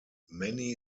many